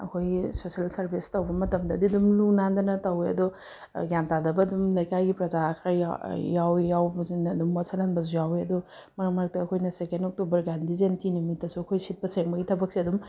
ꯑꯩꯈꯣꯏꯒꯤ social service ꯇꯧꯕ ꯃꯇꯝꯗꯗꯤ ꯑꯗꯨꯝ ꯂꯨ ꯅꯥꯟꯗꯅ ꯇꯧꯏ ꯑꯗꯣ ꯒ꯭ꯌꯥꯟ ꯇꯥꯗꯕ ꯑꯗꯨꯝ ꯂꯩꯀꯥꯏꯒꯤ ꯄ꯭ꯔꯖꯥ ꯈꯔ ꯌꯥꯎꯏ ꯌꯥꯎꯕꯁꯤꯅ ꯑꯗꯨꯝ ꯃꯣꯠꯁꯟꯍꯟꯕꯁꯨ ꯌꯥꯎꯋꯦ ꯑꯗꯣ ꯃꯔꯛ ꯃꯔꯛꯇ ꯑꯩꯈꯣꯏꯅ ꯁꯦꯀꯦꯟ ꯑꯣꯛꯇꯣꯕꯔ ꯘꯥꯟꯙꯤ ꯖꯌꯦꯟꯇꯤ ꯅꯨꯃꯤꯠꯇꯁꯨ ꯑꯩꯈꯣꯏ ꯁꯤꯠꯄ ꯁꯦꯡꯕꯒꯤ ꯊꯕꯛꯁꯦ ꯑꯗꯨꯝ